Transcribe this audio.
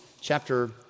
chapter